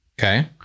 Okay